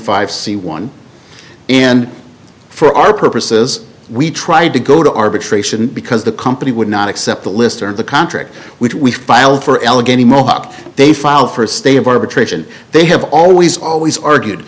five c one and for our purposes we tried to go to arbitration because the company would not accept the list of the contract which we filed for allegheny mohawk they filed for a state of arbitration they have always always argued